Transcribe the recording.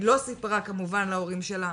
היא לא סיפרה כמובן להורים שלה,